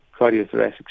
cardiothoracic